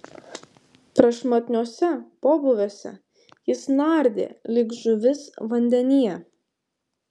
prašmatniuose pobūviuose jis nardė lyg žuvis vandenyje